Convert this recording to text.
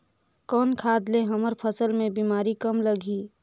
कौन खाद ले हमर फसल मे बीमारी कम लगही?